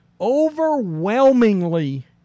overwhelmingly